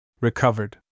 Recovered